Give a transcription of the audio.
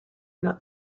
not